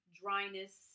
dryness